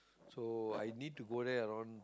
so I need to go there around